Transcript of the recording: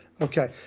Okay